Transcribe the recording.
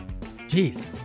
Jeez